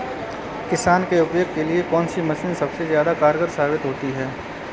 किसान के उपयोग के लिए कौन सी मशीन सबसे ज्यादा कारगर साबित होती है?